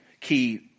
key